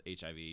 HIV